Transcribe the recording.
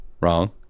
Wrong